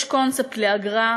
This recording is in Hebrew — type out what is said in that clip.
יש קונספט לאגרה,